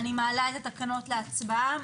אני מעלה את התקנות להצבעה.